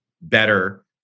better